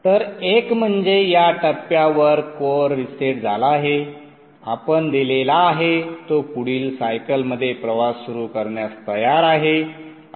तर एक म्हणजे या टप्प्यावर कोअर रीसेट झाला आहे आपण दिलेला आहे तो पुढील सायकलमध्ये प्रवास सुरू करण्यास तयार आहे